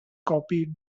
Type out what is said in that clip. copied